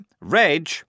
Reg